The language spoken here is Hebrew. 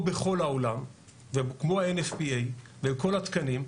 כמו בכל העולם וכמו ה-NFBA וכל התקנים,